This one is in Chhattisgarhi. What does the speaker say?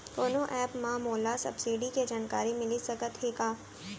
कोनो एप मा मोला सब्सिडी के जानकारी मिलिस सकत हे का?